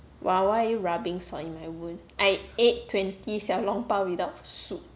!wow! why are you rubbing salt in my wound I ate twenty 小笼包 without soup